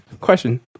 question